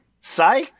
Psy